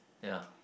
ya